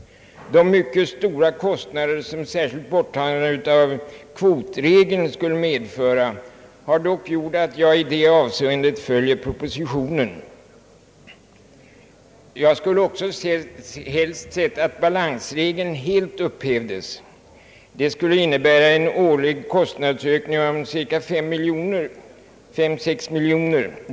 De mycket stora kostnader som särskilt borttagandet av kvotregeln skulle medföra har dock gjort att jag i det avseendet följer propositionen. Jag skulle också helst ha sett att balansregeln helt upphävdes. Det skulle innebära en årlig kostnadsökning av 3 å 6 miljoner kronor.